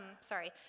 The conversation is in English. sorry